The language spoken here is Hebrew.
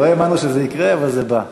לא האמנו שזה יקרה, אבל זה בא.